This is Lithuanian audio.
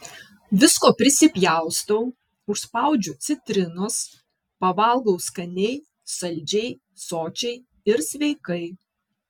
visko prisipjaustau užspaudžiu citrinos pavalgau skaniai saldžiai sočiai ir sveikai